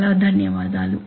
చాలా ధన్యవాదాలు